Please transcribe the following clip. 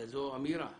וזו אמירה